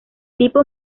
tipo